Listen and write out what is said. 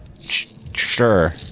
Sure